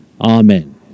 Amen